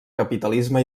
capitalisme